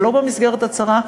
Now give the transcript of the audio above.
זה לא במסגרת הצרה,